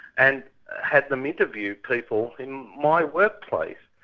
and had them interview people in my workplace,